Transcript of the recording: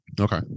Okay